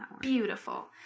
Beautiful